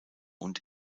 und